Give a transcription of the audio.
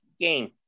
game